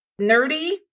nerdy